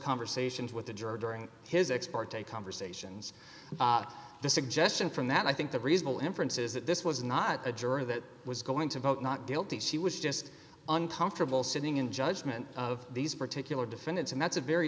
conversations with the juror during his ex parte conversations the suggestion from that i think the reasonable inference is that this was not a juror that was going to vote not guilty she was just uncomfortable sitting in judgment of these particular defendants and that's a very